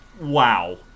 Wow